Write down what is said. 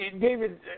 David